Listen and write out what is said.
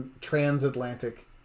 transatlantic